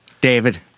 David